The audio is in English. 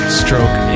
stroke